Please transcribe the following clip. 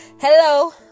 Hello